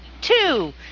two